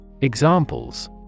Examples